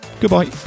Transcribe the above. goodbye